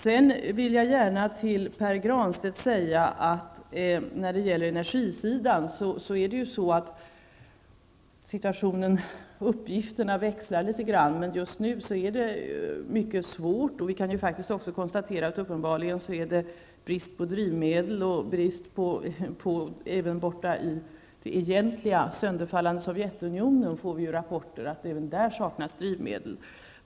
Jag vill till Pär Granstedt när det gäller energisidan gärna säga att uppgifterna växlar litet grand. Men just nu är det mycket svårt. Och vi kan faktiskt också konstatera att det uppenbarligen är brist på drivmedel. Även från det sönderfallande Sovjetunionen får vi rapporter om att det saknas drivmedel.